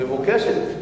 מבוקשת.